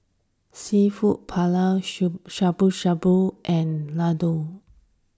Seafood Paella Shabu Shabu and Ladoo